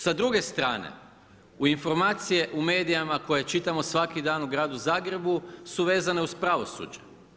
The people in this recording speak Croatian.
Sa druge strane u informacije u medijima koje čitamo svaki dan u gradu Zagrebu su vezene uz pravosuđe.